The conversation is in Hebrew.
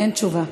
אין תשובה.